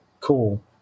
cool